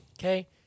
Okay